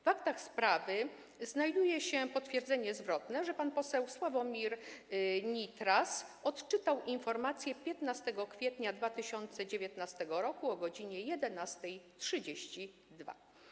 W aktach sprawy znajduje się potwierdzenie zwrotne, że pan poseł Sławomir Nitras odczytał informację 15 kwietnia 2019 r. o godz. 11.32.